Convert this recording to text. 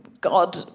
God